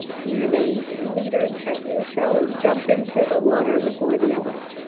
clearly leaders, as you show, jump into the water before the others.